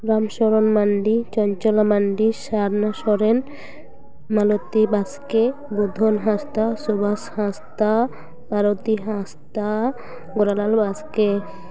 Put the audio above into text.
ᱨᱟᱢᱥᱚᱨᱚᱱ ᱢᱟᱱᱰᱤ ᱪᱚᱧᱪᱚᱞᱟ ᱢᱟᱱᱰᱤ ᱥᱟᱨᱱᱟ ᱥᱚᱨᱮᱱ ᱢᱟᱞᱚᱛᱤ ᱵᱟᱥᱠᱮ ᱵᱩᱫᱷᱚᱱ ᱦᱟᱸᱥᱫᱟ ᱥᱩᱵᱟᱥ ᱦᱟᱸᱥᱫᱟ ᱟᱨᱚᱛᱤ ᱦᱟᱸᱥᱫᱟ ᱜᱚᱨᱟᱞᱟᱞ ᱵᱟᱥᱠᱮ